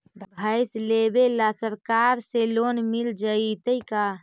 भैंस लेबे ल सरकार से लोन मिल जइतै का?